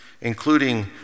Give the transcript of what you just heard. including